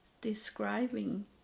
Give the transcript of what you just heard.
describing